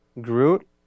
Groot